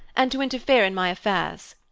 and to interfere in my affairs?